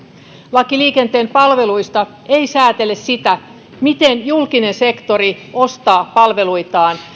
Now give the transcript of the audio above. laki liikenteen palveluista ei säätele sitä miten julkinen sektori ostaa palveluitaan